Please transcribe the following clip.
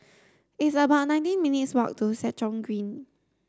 it's about nineteen minutes' walk to Stratton Green